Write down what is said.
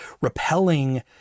repelling